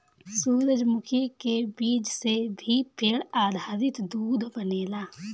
सूरजमुखी के बीज से भी पेड़ आधारित दूध बनेला